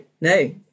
no